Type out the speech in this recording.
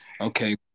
okay